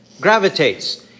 gravitates